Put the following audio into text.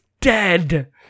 dead